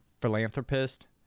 philanthropist